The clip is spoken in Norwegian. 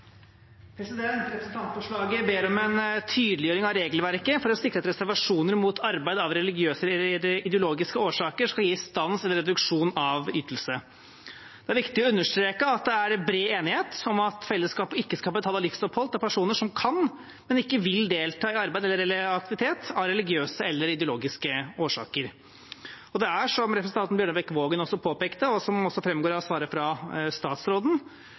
Representantforslaget ber om en tydeliggjøring av regelverket for å sikre at reservasjon mot arbeid av religiøse eller ideologiske årsaker skal gi stans eller reduksjon av ytelse. Det er viktig å understreke at det er bred enighet om at fellesskapet ikke skal betale livsopphold til personer som kan, men ikke vil delta i arbeid eller aktivitet av religiøse eller ideologiske årsaker. Det er som representanten Bjørnebekk-Waagen påpekte, og som også framgår av svaret fra statsråden,